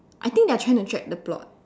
I think they're trying to drag the plot